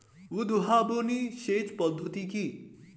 উদ্ভাবনী সেচ পদ্ধতি কি?